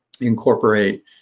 incorporate